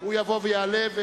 יבוא ויעלה.